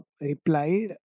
replied